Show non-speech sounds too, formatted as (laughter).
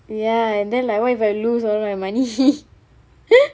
ya and then like what if I lose all my money (laughs)